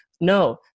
no